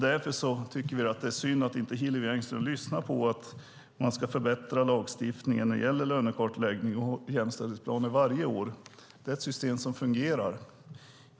Därför tycker vi att det är synd att Hillevi Engström inte lyssnar när man vill förbättra lagstiftningen med avseende på att göra lönekartläggning och jämställdhetsplaner varje år. Det är ett system som fungerar.